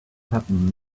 happened